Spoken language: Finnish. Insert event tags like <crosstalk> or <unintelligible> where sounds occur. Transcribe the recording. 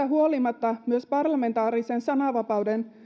<unintelligible> huolimatta myös parlamentaariseen sananvapauteen